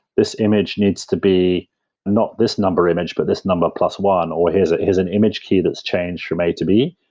this image needs to be not this number image, but this number plus one, or here's ah an image key that's changed from a to b,